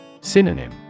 Synonym